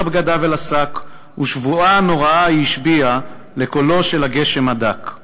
בגדיו אל השק,/ ושבועה נוראה היא השביעה/ לקולו של הגשם הדק.//